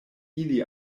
ili